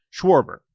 Schwarber